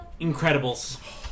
Incredibles